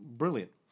brilliant